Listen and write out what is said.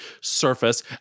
surface